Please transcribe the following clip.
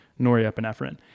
norepinephrine